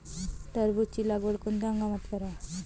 टरबूजाची लागवड कोनत्या हंगामात कराव?